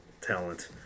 talent